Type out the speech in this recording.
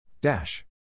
Dash